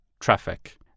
traffic